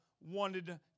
wanted